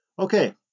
Okay